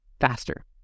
faster